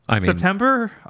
September